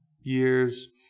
years